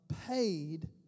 paid